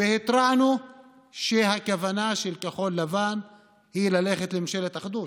והתרענו שהכוונה של כחול לבן היא ללכת לממשלת אחדות.